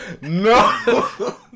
No